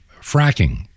fracking